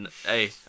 Hey